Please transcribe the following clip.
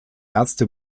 erste